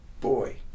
boy